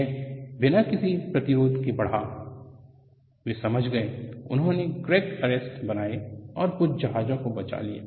यह बिना किसी प्रतिरोध के बढ़ा वे समझ गए उन्होंने क्रैक अरेस्टर बनाए और कुछ जहाजों को बचा लिया